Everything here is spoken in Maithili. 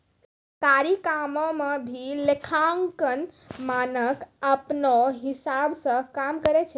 सरकारी कामो म भी लेखांकन मानक अपनौ हिसाब स काम करय छै